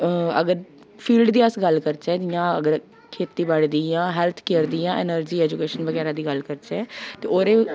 अगर फील्ड दी अस गल्ल करचै जां अगर खेती बाड़ी दी जां हेल्थ केयर दी जां एनर्जी एजुकेशन बगैरा दी गल्ल करचै ते ओह्दे